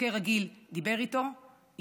חוקר רגיל דיבר איתו,